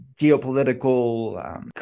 geopolitical